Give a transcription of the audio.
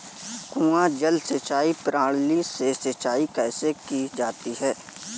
कुआँ जल सिंचाई प्रणाली से सिंचाई कैसे की जाती है?